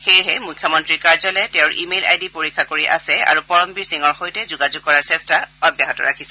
সেয়েহে মুখ্যমন্ত্ৰীৰ কাৰ্যালয়ে তেওঁৰ ইমেইল আই ডি পৰীক্ষা কৰি আছে আৰু পৰমবীৰ সিঙৰ সৈতে যোগাযোগ কৰাৰ চেষ্টা কৰি আছে